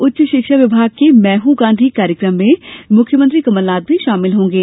उच्च शिक्षा विभाग के मैं हूं गांधी कार्यक्रम में मुख्यमंत्री कमलनाथ भी शामिल होंगे